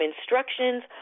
instructions